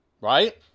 right